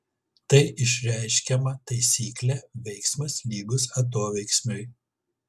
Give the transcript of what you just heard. tai išreiškiama taisykle veiksmas lygus atoveiksmiui